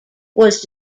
was